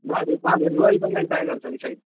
बाघहरू बाघहरू royal Bengal tiger छ कि छैन